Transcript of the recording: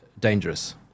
dangerous